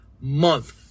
month